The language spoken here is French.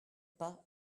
pas